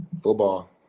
Football